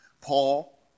Paul